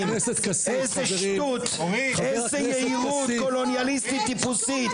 איזה שטות, איזה יהירות קולוניאליסטית טיפוסית.